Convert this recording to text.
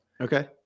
Okay